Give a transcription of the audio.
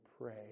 pray